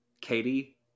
Katie